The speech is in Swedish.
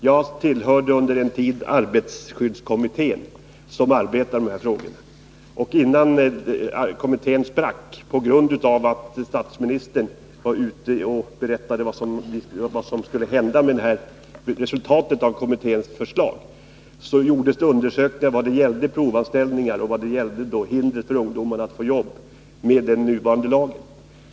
Jag tillhörde under en tid arbetsskyddskommittén, som arbetade med de här frågorna, och innan kommittén sprack på grund av att statsministern berättade vad som skulle hända med resultaten av kommitténs förslag gjordes undersökningar i vad gällde provanställningar och hinder för ungdomar att få jobb, med nuvarande lagstiftning.